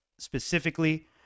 specifically